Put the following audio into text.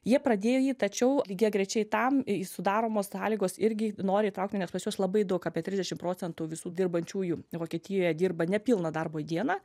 jie pradėjo jį tačiau lygiagrečiai tam į sudaromos sąlygos irgi nori įtraukti nes pas juos labai daug apie trisdešim procentų visų dirbančiųjų vokietijoje dirba nepilną darbo dieną